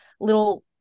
little